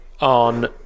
on